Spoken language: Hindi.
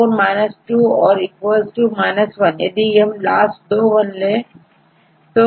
4 2 1यदि हम लास्ट दो वन ले